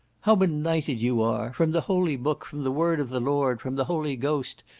how benighted you are! from the holy book, from the word of the lord, from the holy ghost,